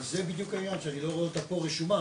אז זה בדיוק העניין, שאני לא רואה אותה פה רשומה.